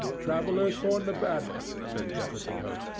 travellers for nevada, said jefferson hope,